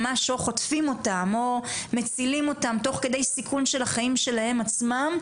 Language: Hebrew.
ממש או חוטפים אותם או מצילים אותם תוך כדי סיכון החיים שלהם עצמם,